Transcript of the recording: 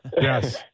Yes